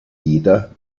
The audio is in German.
jeder